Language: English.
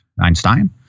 Einstein